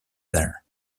there